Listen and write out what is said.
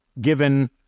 given